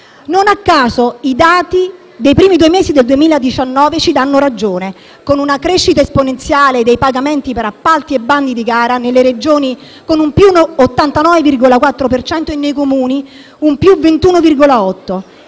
Non a caso, i dati dei primi due mesi del 2019 ci danno ragione, con una crescita esponenziale dei pagamenti per appalti e bandi di gara nelle Regioni (+89,4 per cento) e nei Comuni (+21,8